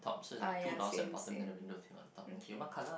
oh yeah same same okay